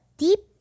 deep